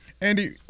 andy